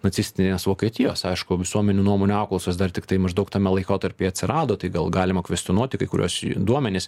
nacistinės vokietijos aišku visuomenių nuomonių apklausos dar tiktai maždaug tame laikotarpyje atsirado tai gal galima kvestionuoti kai kuriuos duomenis